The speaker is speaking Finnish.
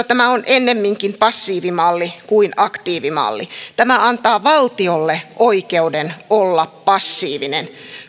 tämä on ennemminkin passiivimalli kuin aktiivimalli tämä antaa valtiolle oikeuden olla passiivinen